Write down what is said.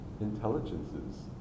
intelligences